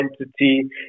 entity